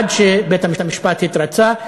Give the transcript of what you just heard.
עד שבית-המשפט התרצה.